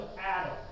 Adam